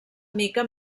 mica